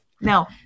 Now